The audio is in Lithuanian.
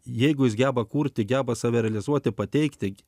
jeigu jis geba kurti geba save realizuoti pateikti gi